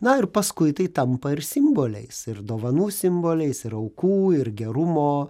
na ir paskui tai tampa ir simboliais ir dovanų simboliais ir aukų ir gerumo